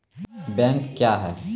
Bank क्या हैं?